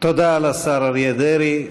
לשר אריה דרעי.